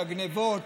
לגנבות,